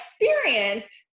experience